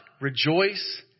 rejoice